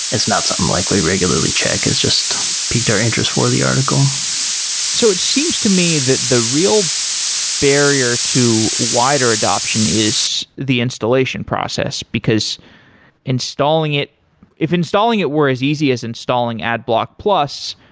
it's not something like we regularly check. it just piqued our interest for the article so it seems to me that the real barrier to wider adoption is the installation process, because installing it if installing it were as easy as installing adblock plus,